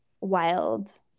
wild